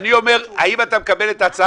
אני אומר: האם אתה מקבל את ההצעה,